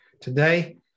today